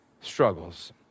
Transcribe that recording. struggles